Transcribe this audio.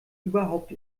überhaupt